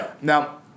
Now